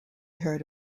heard